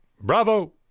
bravo